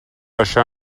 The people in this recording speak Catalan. això